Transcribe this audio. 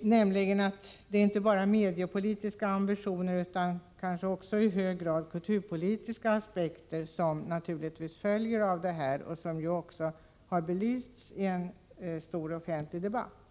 nämligen att det inte bara är mediapolitiska ambitioner utan också i hög grad kulturpolitiska konsekvenser som följer med detta. Det har belysts i en omfattande offentlig debatt.